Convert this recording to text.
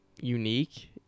unique